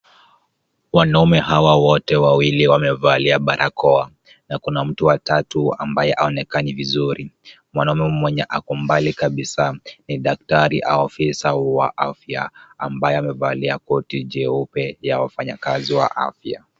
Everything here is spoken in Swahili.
Wanaume hawa wote wawili wamevalia barakoa, na kuna mtu wa tatu ambaye haonekani vizuri. Mwanaume mwenye ako mbali kabisa ni daktari au afisa wa afya, ambaye amevalia koti jeupe ya wafanyakazi wa afya.